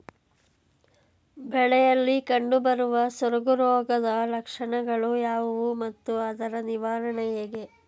ಬೆಳೆಯಲ್ಲಿ ಕಂಡುಬರುವ ಸೊರಗು ರೋಗದ ಲಕ್ಷಣಗಳು ಯಾವುವು ಮತ್ತು ಅದರ ನಿವಾರಣೆ ಹೇಗೆ?